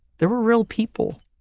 there were real people.